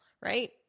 right